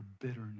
bitterness